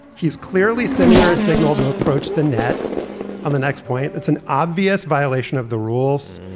he's clearly sending her a signal to approach the net on the next point. that's an obvious violation of the rules.